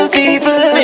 people